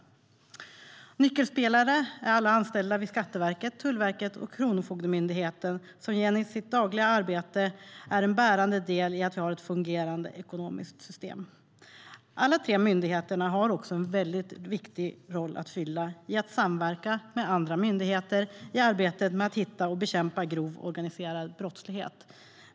Nyckelspelare är alla anställda vid Skatteverket, Tullverket och Kronofogdemyndigheten, som genom sitt dagliga arbete är en bärande del i att vi har ett fungerande ekonomiskt system. Alla dessa tre myndigheter har en också väldigt viktig roll att fylla när det gäller att samverka med andra myndigheter i arbetet med att hitta och bekämpa grov organiserad brottslighet.